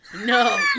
No